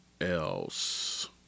else